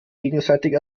gegenseitig